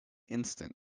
instant